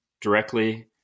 directly